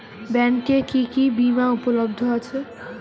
ব্যাংকে কি কি বিমা উপলব্ধ আছে?